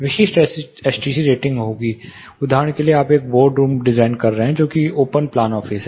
विशिष्ट STC rating होगी उदाहरण के लिए आप एक बोर्ड रूम डिजाइन कर रहे हैं जो कि एक ओपन प्लान ऑफिस है